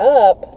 up